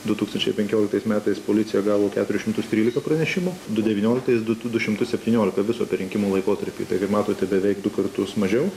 du tūkstančiai penkioliktais metais policija gavo keturis šimtus trylika pranešimų du devynioliktais du du šimtus septyniolika viso per rinkimų laikotarpį taigi matote beveik du kartus mažiau